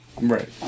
right